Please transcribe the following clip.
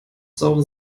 saure